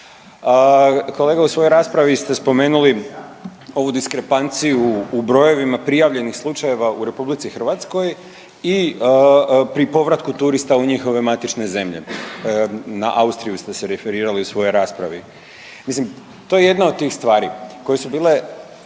Kolega, u svojoj raspravi ste spomenuli ovu diskrepanciju u brojevima prijavljenih slučajeva u RH i pri povratku turista u njihove matične zemlje, na Austriju ste se referirali u svojoj raspravi. Mislim, to je jedna od tih stvari koje su bile